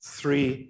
three